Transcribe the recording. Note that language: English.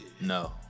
No